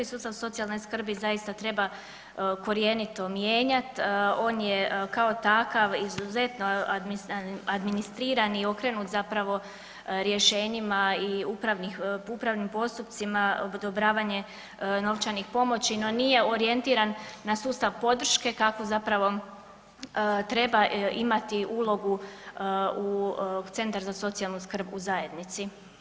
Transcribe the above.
Sustav socijalne skrbi zaista treba korjenito mijenjat, on je kao takav izuzetno administriran i okrenut zapravo rješenjima i upravnim postupcima odobravanje novčanih pomoći, no nije orijentiran na sustav podrške kakvu zapravo treba imati ulogu centar za socijalnu skrb u zajednici.